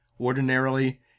Ordinarily